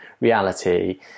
reality